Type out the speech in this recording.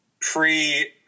pre-